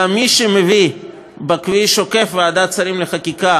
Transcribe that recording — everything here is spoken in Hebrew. מי שמביא בכביש עוקף ועדת שרים לחקיקה